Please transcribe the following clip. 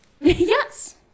Yes